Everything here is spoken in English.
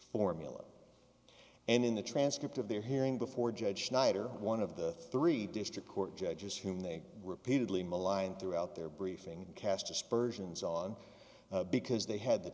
formula and in the transcript of their hearing before judge snyder one of the three district court judges whom they repeatedly maligned throughout their briefing cast aspersions on because they had the